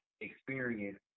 experience